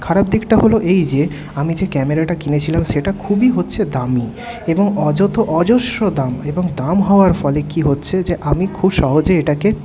খারাপ দিকটা হল এই যে আমি যে ক্যামেরাটা কিনেছিলাম সেটা খুবই হচ্ছে দামি এবং অযথো অজস্র দাম এবং দাম হওয়ার ফলে কী হচ্ছে যে আমি খুব সহজে এটাকে